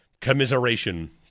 commiseration